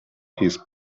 his